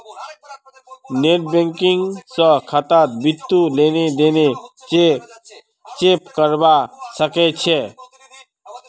net banking स खातात बितु लेन देन चेक करवा सख छि